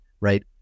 right